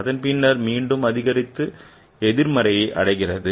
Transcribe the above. அதன் பின்னர் மீண்டும் அதிகரித்து எதிர்மறையை அடைகிறது